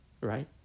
right